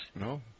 No